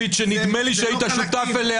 אנחנו מדברים על שוויון אזרחי לאזרחי מדינת